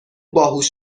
باهوش